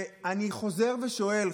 אני חוזר ושואל,